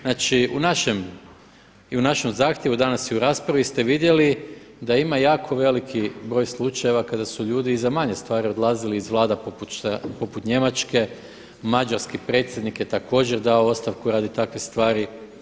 Znači u našem zahtjevu danas i u raspravi ste vidjeli da ima jako veliki broj slučajeva kada su ljudi i za manje stvari odlazili iz vlada poput Njemačke, mađarski predsjednik je također dao ostavku radi takve stvari.